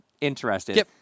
interested